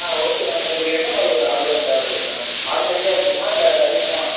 ஆ okay ma'am உங்களுக்கு எந்த மாதிரி ஆல்பம் தேவைப்படுது மேம் ஆர்டினரியா இருக்கட்டுமா இல்லை கரிஷ்மா